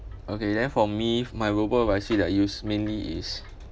okay then for me my roboadviser that I use mainly is